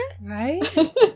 right